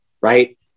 Right